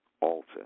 alter